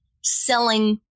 selling